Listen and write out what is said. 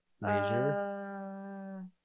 major